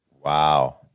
Wow